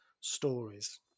stories